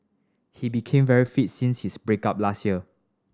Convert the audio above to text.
he became very fits since his break up last year